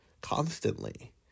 constantly